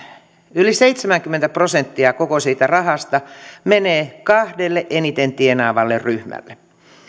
yli seitsemänkymmentä prosenttia koko siitä rahasta menee kahdelle eniten tienaavalle ryhmälle